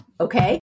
okay